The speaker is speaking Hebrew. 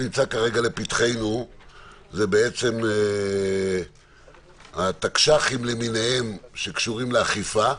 לפתחנו זה בעצם התקש"חים למיניהם שקשורים לאכיפה,